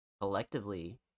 collectively